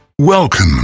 Welcome